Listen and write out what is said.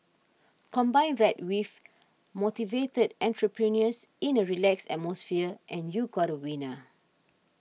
combine that with motivated entrepreneurs in a relaxed atmosphere and you got a winner